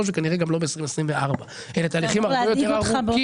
וב-2024 - אלה תהליכים הרבה יותר ארוכים.